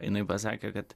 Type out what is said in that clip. jinai pasakė kad